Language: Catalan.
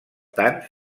tant